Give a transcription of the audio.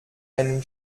einen